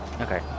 Okay